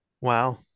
Wow